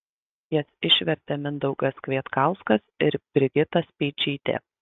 jas išvertė mindaugas kvietkauskas ir brigita speičytė